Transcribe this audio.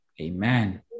Amen